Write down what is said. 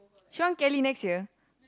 she want Cali next year